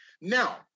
Now